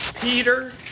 Peter